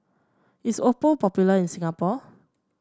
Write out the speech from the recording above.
is Oppo popular in Singapore